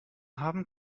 haben